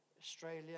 Australia